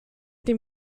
dem